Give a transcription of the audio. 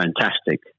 fantastic